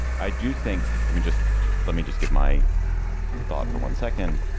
i do think i mean, just let me just give my thought for one second.